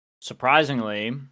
surprisingly